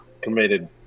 committed